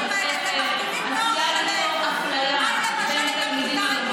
עשויה להיות אפליה בין התלמידים הלומדים